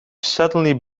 suddenly